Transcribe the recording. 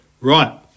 right